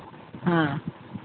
हाँ